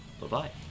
Bye-bye